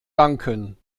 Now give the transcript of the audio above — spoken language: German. danken